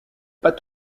pas